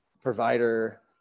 provider